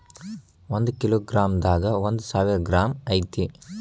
ಒಂದ kilogram ದಾಗ ಒಂದ ಸಾವಿರ ಗ್ರಾಂ ಐತಿ